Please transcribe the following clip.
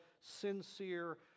sincere